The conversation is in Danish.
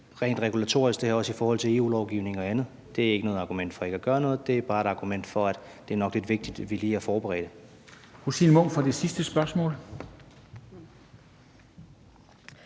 rent regulatorisk i forhold til EU-lovgivning og andet. Det er ikke noget argument for ikke at gøre noget, det er bare et argument for, at det nok er lidt vigtigt, at vi lige er forberedte. Kl. 13:40 Formanden (Henrik